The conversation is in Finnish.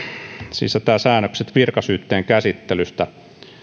sisältää säännökset virkasyytteen käsittelystä